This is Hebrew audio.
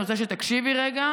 אני רוצה שתקשיבי רגע,